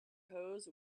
hose